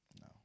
No